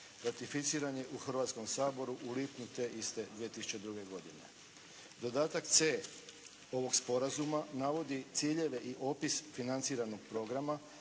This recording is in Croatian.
ratificiran je u Hrvatskom saboru u lipnju te iste 2002. godine. Dodatak C ovog sporazuma navodi ciljeve i opis financiranih programa,